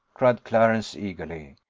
cried clarence eagerly.